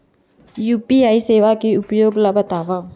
UPI सेवा के उपयोग ल बतावव?